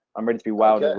i'm ready to be wowed. and